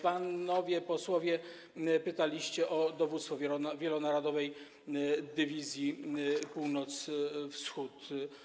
Panowie posłowie pytaliście o Dowództwo Wielonarodowej Dywizji Północ-Wschód.